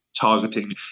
targeting